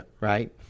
right